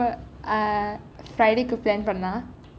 err friday க்கு:ku plan பன்னலாம்:pannalam